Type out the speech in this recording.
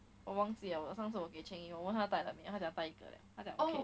我忘记了上次我给 cheng 有问他戴了 mah then 他讲戴一个了他讲